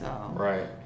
Right